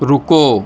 رکو